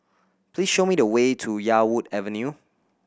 please show me the way to Yarwood Avenue